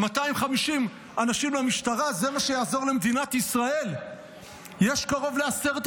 250 אנשים למשטרה, זה מה שיעזור למדינת ישראל?